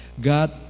God